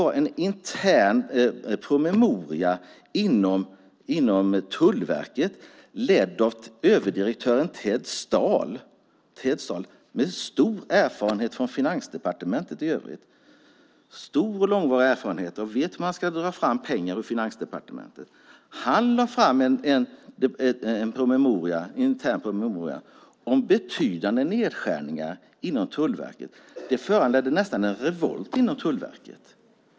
Bakgrunden är att överdirektören vid Tullverket, Ted Stahl, med långvarig erfarenhet från Finansdepartementet och kunskap om hur man får pengar av departementet, lade fram en intern promemoria om betydande nedskärningar inom Tullverket. Det föranledde nästan en revolt inom verket.